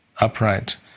upright